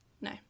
No